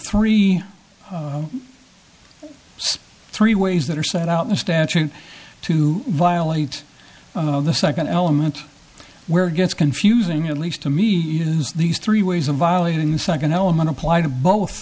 three three ways that are set out in the statute to violate the second element where it gets confusing at least to me these three ways of violating the second element apply to